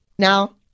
Now